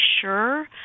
sure